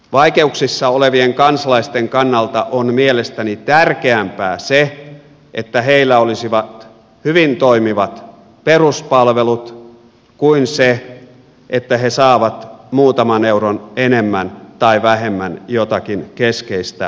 vaikeuksissa olevien kansalaisten kannalta on mielestäni tärkeämpää se että heillä olisi hyvin toimivat peruspalvelut kuin se että he saavat muutaman euron enemmän tai vähemmän jotakin keskeistä tulonsiirtoa